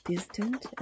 distant